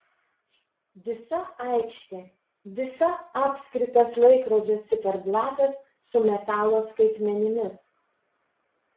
visa aikštė visa apskritas laikrodžio ciferblatas su metalo skaitmenimis